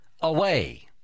away